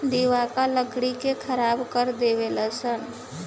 दियाका लकड़ी के खराब कर देवे ले सन